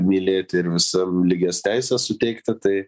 mylėti ir visiem lygias teises suteikti tai